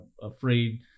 afraid